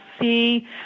see